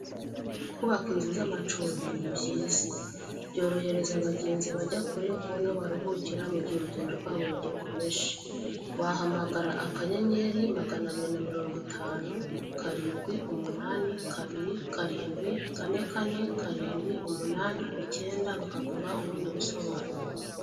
Kubaka inzu z'amacumbi ni byiza, byorohereza abagenzi bajya kure kubona aho baruhukira mu gihe urugendo rwabo rugikomeje, wahamagara akanyenyeri maganabiri na mirongo itanu karindwi umunani kabiri karindwi kane kane karindwi umunani icyenda bakaguha ubundi busobanuro.